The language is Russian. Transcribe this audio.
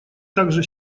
также